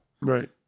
Right